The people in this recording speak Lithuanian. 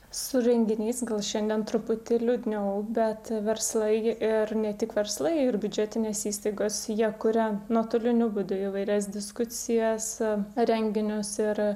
su renginiais gal šiandien truputį liūdniau bet verslai ir ne tik verslai ir biudžetinės įstaigos jie kuria nuotoliniu būdu įvairias diskusijas renginius ir